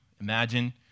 imagine